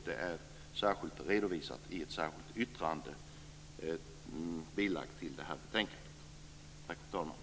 Det är redovisat i ett särskilt yttrande bilagt till detta betänkande. Tack, fru talman.